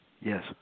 Yes